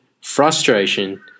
frustration